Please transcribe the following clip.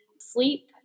sleep